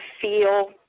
feel